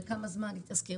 לכמה זמן היא תשכיר?